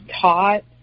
taught